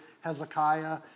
Hezekiah